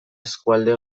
eskualde